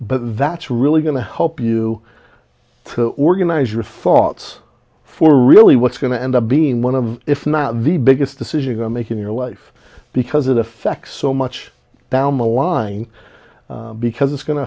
but that's really going to help you to organize your thoughts for really what's going to end up being one of if not the biggest decisions i make in your life because it affects so much down the line because it's going to